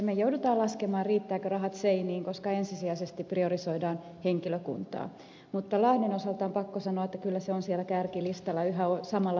me joudumme laskemaan riittävätkö rahat seiniin koska ensisijaisesti priorisoidaan henkilökunta mutta lahden osalta on pakko sanoa että kyllä se on siellä listan kärjessä yhä samalla paikalla